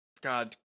God